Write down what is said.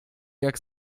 jak